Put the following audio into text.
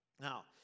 Now